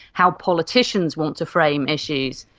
how politicians want to frame issues.